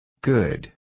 Good